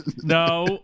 no